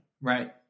Right